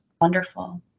Wonderful